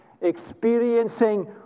experiencing